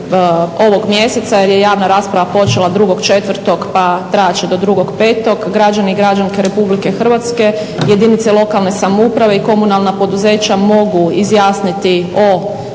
ovog mjeseca jer je javna rasprava počela 2.4. pa trajat će do 2.5. građanke i građani Republike Hrvatske, jedinice lokalne samouprave i komunalna poduzeća mogu izjasniti o